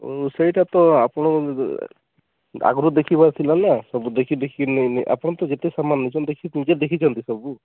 ଓ ସେଇଟା ତ ଆପଣ ଆଗରୁ ଦେଖିବାର ଥିଲା ନା ସବୁ ଦେଖି ଦେଖି ନେ ନେଲେ ଆପଣ ତ ଯେତେ ସାମାନ ନେଇଛନ୍ତି ଦେଖ ନିଜେ ଦେଖିଛନ୍ତି ସବୁ